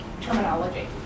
terminology